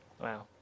Wow